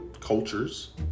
cultures